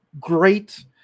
great